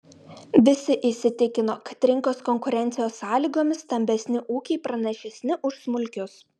visi įsitikino kad rinkos konkurencijos sąlygomis stambesni ūkiai pranašesni už smulkius